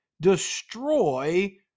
destroy